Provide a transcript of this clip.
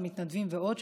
המתנדבים ועוד,